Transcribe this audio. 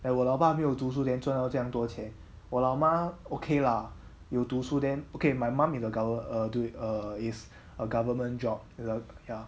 and 我老爸没有读书 then 赚到这样多钱我老妈 okay lah 有读书 then okay my mum in a govt~ err err is a government job you know ya